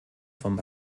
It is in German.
vom